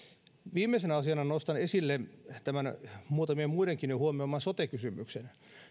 viimeisenä asiana nostan esille muutamien muidenkin jo huomioiman sote kysymyksen